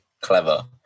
clever